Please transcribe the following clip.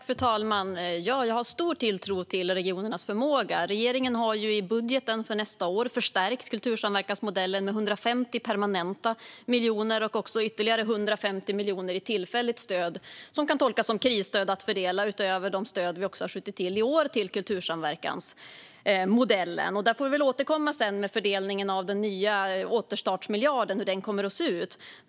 Fru talman! Ja, jag har stor tilltro till regionernas förmåga. Regeringen har i budgeten för nästa år förstärkt kultursamverkansmodellen med 150 permanenta miljoner och ytterligare 150 miljoner i tillfälligt stöd. Det kan tolkas som krisstöd att fördela utöver de stöd vi har skjutit till i år till kultursamverkansmodellen. Vi får återkomma med hur fördelningen av den nya återstartsmiljarden kommer att se ut.